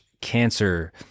cancer